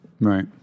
Right